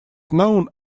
known